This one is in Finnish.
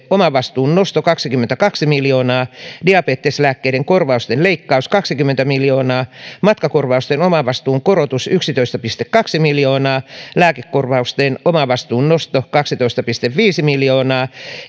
omavastuun nosto kaksikymmentäkaksi miljoonaa diabeteslääkkeiden korvausten leikkaus kaksikymmentä miljoonaa matkakorvausten omavastuun korotus yksitoista pilkku kaksi miljoonaa lääkekor vausten omavastuun nosto kaksitoista pilkku viisi miljoonaa